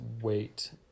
wait